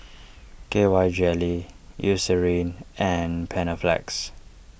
K Y Jelly Eucerin and Panaflex